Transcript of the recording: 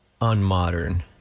unmodern